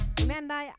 remember